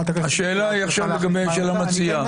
השאלה היא עכשיו לגבי של המציעה.